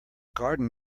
garden